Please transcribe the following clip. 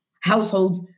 households